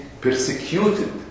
persecuted